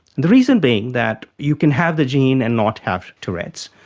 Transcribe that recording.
the reason being that you can have the gene and not have tourette's,